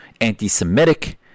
anti-Semitic